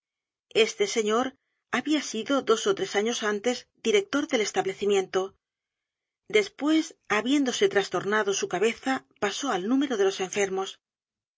e señor había sido dos ó tres años antes director del establecimiento después habiéndose trastornado su cabeza pasó al número de los enfermos